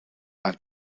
i’ve